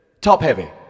top-heavy